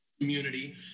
community